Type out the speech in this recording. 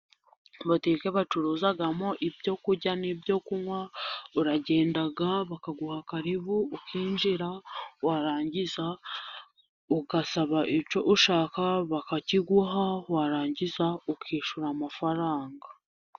Butike bacuruzamo ibyo kurya n'ibyo kunywa. Uragenda bakaguha karibu ukinjira, warangiza ugasaba icyo ushaka bakakiguha, warangiza ukishyura amafaranga.